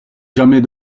jamais